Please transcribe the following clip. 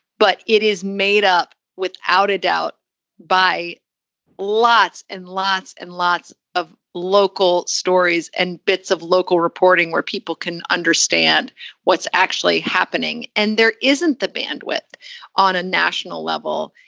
but it is made up without a doubt by lots and lots and lots of local stories and bits of local reporting where people can understand what's actually happening. and there isn't that bandwidth on a national level,